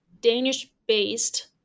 Danish-based